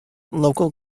local